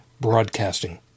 Broadcasting